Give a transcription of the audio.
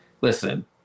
listen